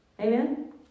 Amen